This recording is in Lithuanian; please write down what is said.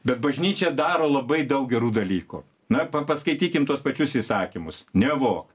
bet bažnyčia daro labai daug gerų dalykų na paskaitykim tuos pačius įsakymus nevok